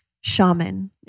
shaman